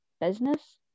business